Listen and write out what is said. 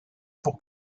pour